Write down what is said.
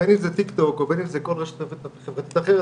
בין אם זה טיקטוק ובין אם זה כל רשת חברתית אחרת,